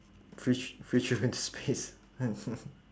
fre~ tri~ free trip into space